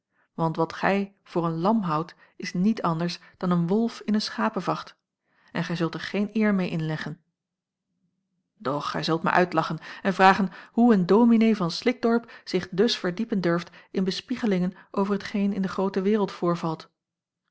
want wat gij voor een lam houdt is niet anders dan een wolf in een schapevacht en gij zult er geen eer meê inleggen doch gij zult mij uitlachen en vragen hoe een dominee van slikdorp zich dus verdiepen durft in bespiegelingen over t geen in de groote wereld voorvalt